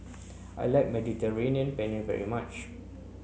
I like Mediterranean Penne very much